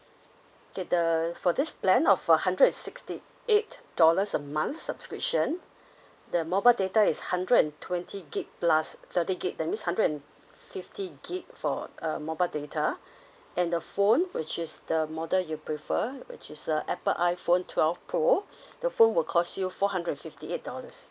okay the for this plan of a hundred and sixty eight dollars a month subscription the mobile data is hundred and twenty gig plus thirty gig that means hundred and fifty gig for a mobile data and the phone which is the model you prefer which is a apple iphone twelve pro the phone will cost you four hundred and fifty eight dollars